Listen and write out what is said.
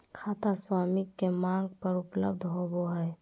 खाता स्वामी के मांग पर उपलब्ध होबो हइ